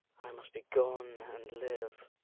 i must be gone and live,